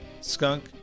skunk